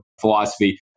philosophy